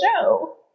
show